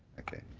okay.